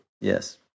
Yes